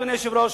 אדוני היושב-ראש,